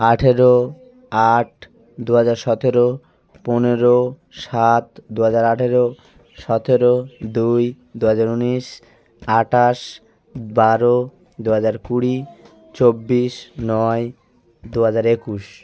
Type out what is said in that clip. আঠেরো আট দু হাজার সতেরো পনেরো সাত দু হাজার আঠেরো সতেরো দুই দু হাজার উনিশ আটাশ বারো দু হাজার কুড়ি চব্বিশ নয় দু হাজার একুশ